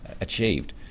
achieved